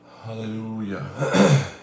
hallelujah